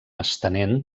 estenent